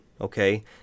Okay